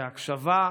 בהקשבה,